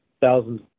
thousands